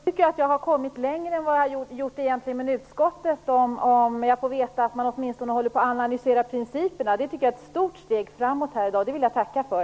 Herr talman! När jag får veta att man åtminstone håller på att analysera principerna tycker jag att jag har kommit längre än vad jag har gjort i utskottet. Det tycker jag är ett stort steg framåt. Det vill jag tacka för.